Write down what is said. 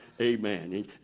Amen